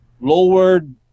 lowered